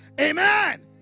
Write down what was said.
Amen